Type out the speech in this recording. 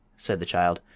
said the child.